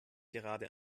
gerade